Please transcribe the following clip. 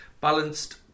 balanced